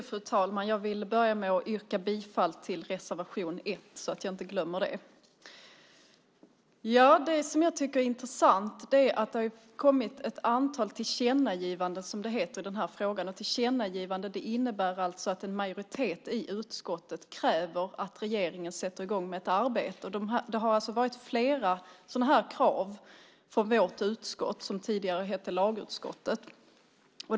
Fru talman! Jag vill börja med att yrka bifall till reservation 1. Det som jag tycker är intressant är att det har kommit ett antal tillkännagivanden i den här frågan. Ett tillkännagivande innebär alltså att en majoritet i utskottet kräver att regeringen sätter i gång med ett arbete. Det har varit flera krav från vårt utskott, som tidigare hette lagutskottet.